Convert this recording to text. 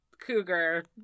Cougar